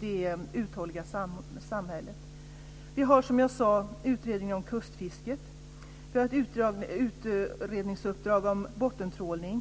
det uthålliga samhället. Som jag sagt har vi också utredningen om kustfisket. Vi har också ett utredningsuppdrag om bottentrålning.